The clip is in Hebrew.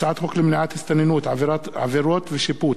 הצעת חוק למניעת הסתננות (עבירות ושיפוט)